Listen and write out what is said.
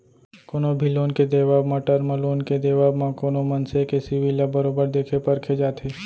कोनो भी लोन के देवब म, टर्म लोन के देवब म कोनो मनसे के सिविल ल बरोबर देखे परखे जाथे